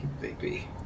baby